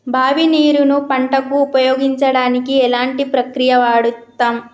బావి నీరు ను పంట కు ఉపయోగించడానికి ఎలాంటి ప్రక్రియ వాడుతం?